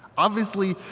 obviously,